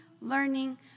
learning